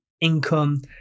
income